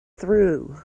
through